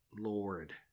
Lord